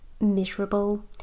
miserable